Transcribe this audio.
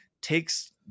takes